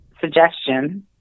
suggestion